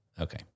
Okay